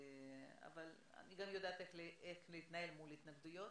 אבל אני גם יודעת איך להתנהל מול התנגדויות.